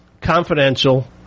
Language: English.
confidential